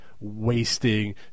wasting